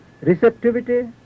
receptivity